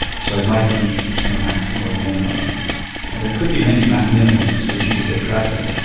so it might be in a maximum or a minimum and there could be many many minima's which it could get trapped in.